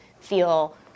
feel